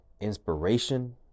inspiration